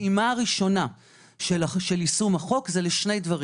הפעימה הראשונה של יישום החוק זה לשני דברים,